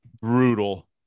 brutal